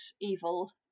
evil